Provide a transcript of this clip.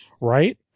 Right